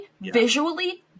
visually